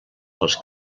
els